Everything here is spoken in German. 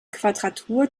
quadratur